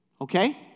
okay